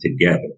together